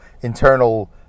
internal